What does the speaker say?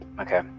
okay